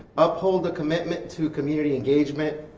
uphold a commitment to community engagement,